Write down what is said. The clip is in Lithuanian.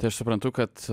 tai aš suprantu kad